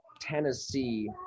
Tennessee